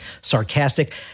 sarcastic